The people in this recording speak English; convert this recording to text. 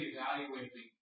Evaluating